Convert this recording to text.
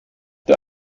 der